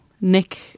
Nick